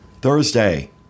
Thursday